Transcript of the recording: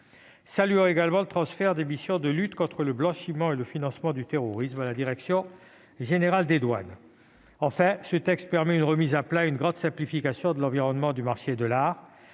saluons également le transfert des missions de lutte contre le blanchiment et le financement du terrorisme à la direction générale des douanes et droits indirects. Enfin, ce texte permet une remise à plat et une grande simplification de l'environnement du marché de l'art.